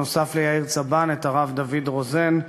נוסף על יאיר צבן, את הרב דוד רוזן,